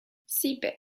sieben